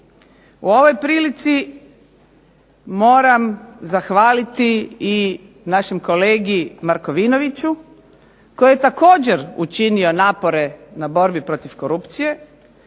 U ovoj prilici moram zahvaliti i našem kolegi Markovinoviću koji je također učinio napore na borbi protiv korupcije